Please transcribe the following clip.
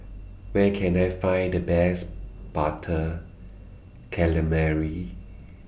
Where Can I Find The Best Butter Calamari